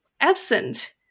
absent